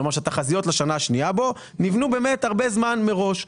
כלומר שהתחזיות לשנה השנייה בו נבנו הרבה זמן מראש.